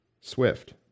SWIFT